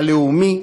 הלאומי,